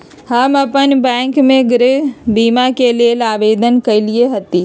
हम अप्पन बैंक में गृह बीमा के लेल आवेदन कएले हति